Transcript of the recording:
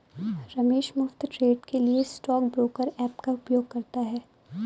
रमेश मुफ्त ट्रेड के लिए स्टॉक ब्रोकर ऐप का उपयोग करता है